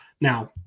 now